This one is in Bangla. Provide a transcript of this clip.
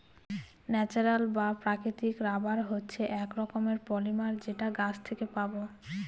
ন্যাচারাল বা প্রাকৃতিক রাবার হচ্ছে এক রকমের পলিমার যেটা গাছ থেকে পাবো